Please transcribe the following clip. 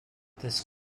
this